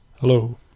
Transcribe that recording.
Hello